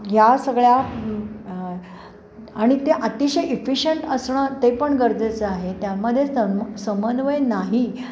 ह्या सगळ्या आणि ते अतिशय इफिशियंट असणं ते पण गरजेचं आहे त्यामध्ये सनम समन्वय नाही